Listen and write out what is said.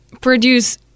produce